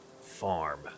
farm